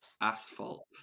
Asphalt